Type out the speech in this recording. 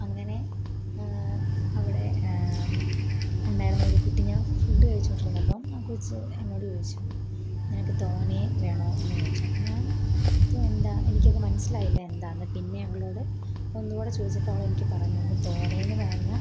അങ്ങനെ അവിടെ ഉണ്ടായിരുന്നൊരു കുട്ടി ഞാൻ ഫുഡ് കഴിച്ചുകൊണ്ടിരുന്നപ്പം ആ കൊച്ച് എന്നോട് ചോദിച്ചു നിനക്ക് തോനെ വേണോ എന്ന് ചോദിച്ചു അപ്പം ഞാൻ എന്താണ് എനിക്കത് മനസ്സിലായില്ല എന്താണെന്ന് പിന്നെ അവളോട് ഒന്ന് കൂടെ ചോദിച്ചപ്പോൾ അവൾ എനിക്ക് പറഞ്ഞുതന്നു തോനേ എന്ന് പറഞ്ഞാൽ